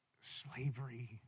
slavery